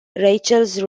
rachael